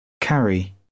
Carry